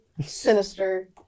sinister